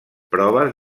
proves